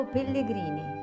Pellegrini